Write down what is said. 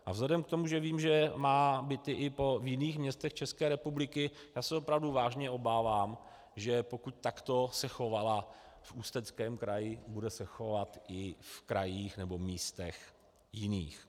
A vzhledem k tomu, že vím, že má byty i v jiných městech České republiky, já se opravdu vážně obávám, že pokud takto se chovala v Ústeckém kraji, bude se chovat i v krajích nebo místech jiných.